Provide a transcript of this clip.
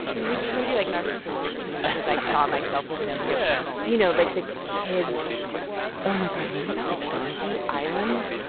and which is maybe, like, narcissistic or something. because i saw myself in pinocchio yeah you know, like, the kids oh, my god. remember that, like, donkey island?